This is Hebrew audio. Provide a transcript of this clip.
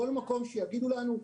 כל מקום שיגידו לנו.